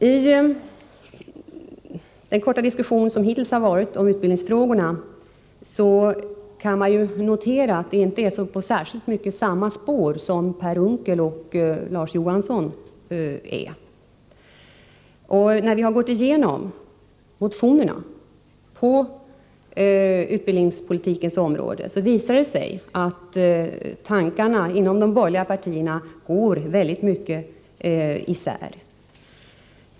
Av den korta diskussion som hittills har förts om utbildningsfrågorna i dag kan man notera att Per Unckel och Larz Johansson inte särskilt mycket följer samma spår. När vi gick igenom motionerna på utbildningspolitikens område visade det sig att tankarna går mycket starkt isär mellan de borgerliga partierna.